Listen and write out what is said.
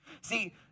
See